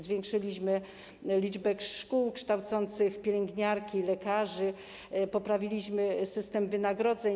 Zwiększyliśmy liczbę szkół kształcących pielęgniarki, lekarzy, poprawiliśmy system wynagrodzeń.